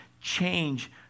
change